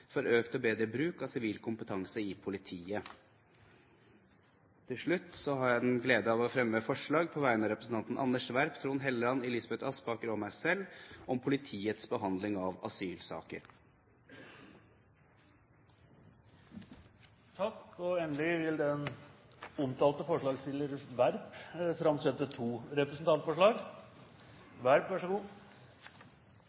for økt og bedre bruk av sivil kompetanse i politiet. Til slutt har jeg den glede å fremme forslag på vegne av representantene Anders B. Werp, Trond Helleland, Elisabeth Aspaker og meg selv om politiets behandling av asylsaker. Endelig vil den omtalte forslagsstiller Werp framsette to representantforslag.